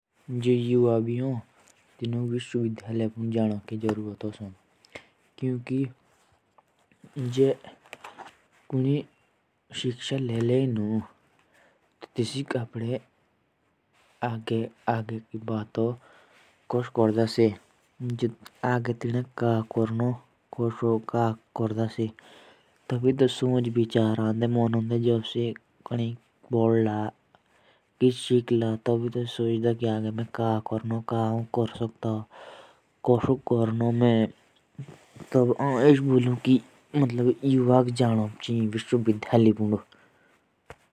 जो युआ होते हैं उन्हें स्कूल में डालना चाहिए। कि उन्हें पता चले कि आगे मैंने क्या करना है। और कैसे करना है।